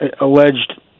alleged